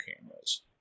cameras